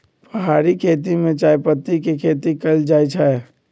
पहारि खेती में चायपत्ती के खेती कएल जाइ छै